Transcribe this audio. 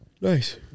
Nice